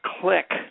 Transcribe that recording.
click